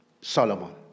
Solomon